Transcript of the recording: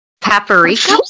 Paprika